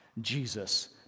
Jesus